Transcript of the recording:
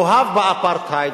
מאוהב באפרטהייד,